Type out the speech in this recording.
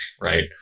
right